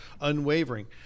Unwavering